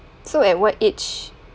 so at what age